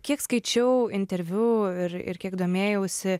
kiek skaičiau interviu ir ir kiek domėjausi